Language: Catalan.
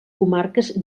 comarques